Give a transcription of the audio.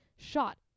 Shot